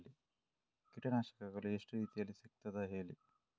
ಕೀಟನಾಶಕಗಳು ಎಷ್ಟು ರೀತಿಯಲ್ಲಿ ಸಿಗ್ತದ ಹೇಳಿ